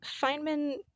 Feynman